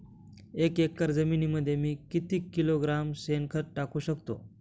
एक एकर जमिनीमध्ये मी किती किलोग्रॅम शेणखत टाकू शकतो?